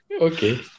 okay